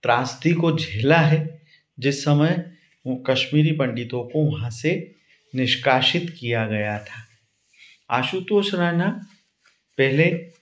त्रासदी को झेला है जिस समय कश्मीरी पण्डितों को वहाँ से निष्कासित किया गया था आशुतोष राणा पहले